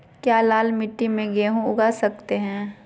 क्या लाल मिट्टी में गेंहु उगा स्केट है?